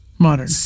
Modern